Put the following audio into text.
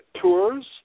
tours